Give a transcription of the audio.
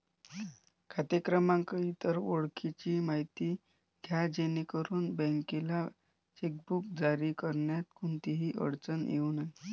खाते क्रमांक, इतर ओळखीची माहिती द्या जेणेकरून बँकेला चेकबुक जारी करण्यात कोणतीही अडचण येऊ नये